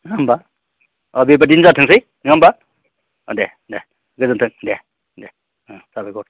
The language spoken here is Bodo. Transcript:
नङा होनबा बेबायदिनो जाथोंसै नङा होनबा अ दे दे गोजोन्थों दे दे औ दे साबायखर